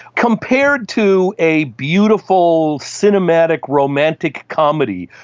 compared to a beautiful, cinematic, romantic comedy,